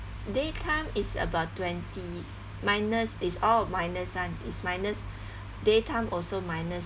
daytime it's about twenty minus it's all minus one it's minus daytime also minus